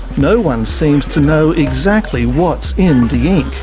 no one seems to know exactly what's in the ink.